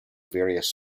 various